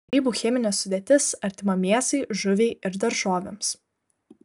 grybų cheminė sudėtis artima mėsai žuviai ir daržovėms